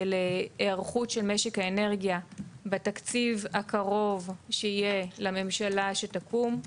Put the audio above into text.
זה להיערכות של משק האנרגיה בתקציב הקרוב שיהיה לממשלה שתקום,